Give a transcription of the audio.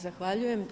Zahvaljujem.